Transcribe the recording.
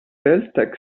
quelltext